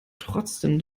trotzdem